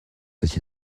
cette